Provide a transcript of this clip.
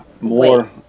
more